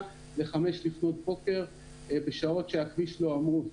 ל-5:00 לפנות בוקר בשעות שהכביש לא עמוס,